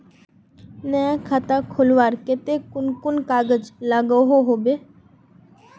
नया खाता खोलवार केते कुन कुन कागज लागोहो होबे?